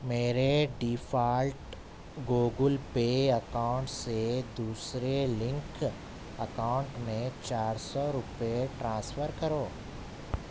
میرے default Google Pay account سے دوسرے لنک اکاؤنٹ میں چار سو روپے ٹرانسفر کرو